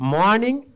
morning